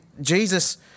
Jesus